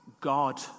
God